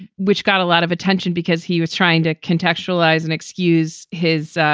which got a lot of attention because he was trying to contextualize and excuse his.